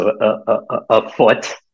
afoot